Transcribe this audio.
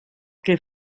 que